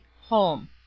Home